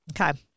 Okay